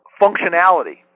functionality